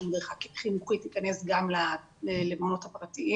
שמדריכה חינוכית תכנס גם למעונות הפרטיים